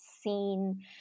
seen